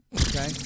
okay